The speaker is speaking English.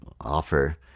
offer